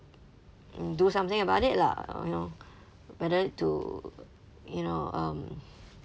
do something about it lah uh you know whether to you know um